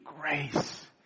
grace